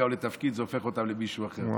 או לתפקיד זה הופך אותם למישהו אחר.